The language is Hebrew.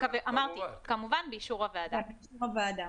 כמובן, באישור הוועדה.